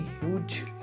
huge